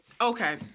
okay